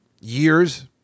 years